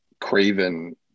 craven